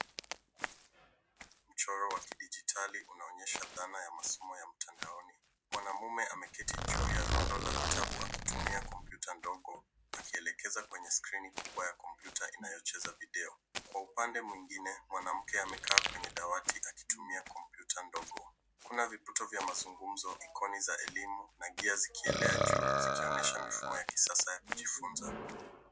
Mchoro wa kidijitali unaonyesha dhana ya masomo ya mtandoni. Mwanaume ameketi juu ya rundo la vitabu akitumia kompyuta ndogo akielekeza kwenye skrini kubwa ya kompyuta inayocheza video. Kwa upande mwingine, mwanamke amekaa kwenye dawati akitumia kompyuta ndogo. Kuna viputo vya mazungumzo, ikoni za elimu na ngia zikielea juu zikionyesha mifumo ya kisasa ya kujifunza.